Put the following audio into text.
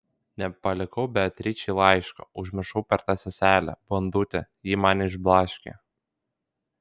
nepalikau beatričei laiško užmiršau per tą seselę bandutę ji mane išblaškė